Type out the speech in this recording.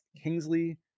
Kingsley